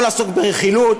לא לעסוק ברכילות,